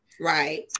Right